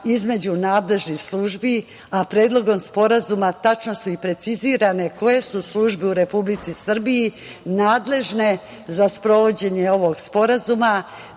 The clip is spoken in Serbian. između nadležnih službi, a Predlogom sporazuma tačno su i precizirane koje su službe u Republici Srbiji nadležne za sprovođenje ovog sporazuma. Takođe,